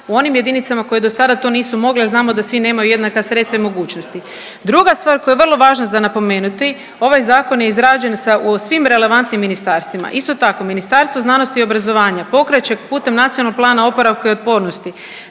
u onim jedinicama koje do sada to nisu mogle jer znamo da svi nemaju jednaka sredstva i mogućnosti. Druga stvar koja je vrlo važna za napomenuti, ovaj Zakon je izrađen sa svim relevantnim ministarstvima. Isto tako, Ministarstvo znanosti i obrazovanja pokreće putem Nacionalnog plana oporavka i otpornosti